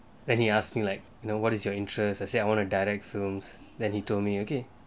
then he asked me like know what's your interests I say I want to direct films then he told me okay